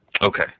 Okay